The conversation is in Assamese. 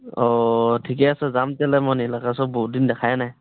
অ' ঠিকে আছে যাম তেনেহ'লে মই নীল আকাশক বহুত দিন দেখাই নাই